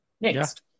Next